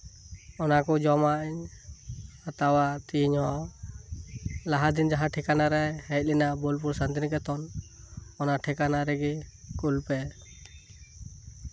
ᱚᱱᱟ ᱠᱚ ᱡᱚᱢᱟᱜ ᱤᱧ ᱦᱟᱛᱟᱣᱟ ᱛᱮᱦᱤᱧ ᱦᱚᱸ ᱞᱟᱦᱟ ᱫᱤᱱ ᱡᱟᱦᱟᱸ ᱴᱷᱤᱠᱟᱹᱱᱟ ᱨᱮ ᱦᱮᱡ ᱞᱮᱱᱟ ᱵᱳᱞᱯᱩᱨ ᱥᱟᱱᱛᱤᱱᱤᱠᱮᱛᱚᱱ ᱚᱱᱟ ᱴᱷᱤᱠᱟᱹᱱᱟ ᱨᱮᱜᱮ ᱠᱩᱞ ᱯᱮ